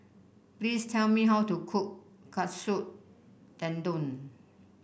please tell me how to cook Katsu Tendon